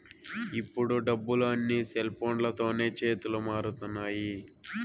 ఇప్పుడు డబ్బులు అన్నీ సెల్ఫోన్లతోనే చేతులు మారుతున్నాయి